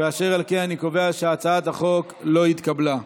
ואשר על כן הצעת החוק לא התקבלה.